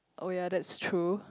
oh ya that's true